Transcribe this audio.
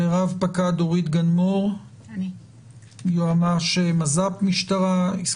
אני יודע שאנחנו בתקופה מבלבלת עם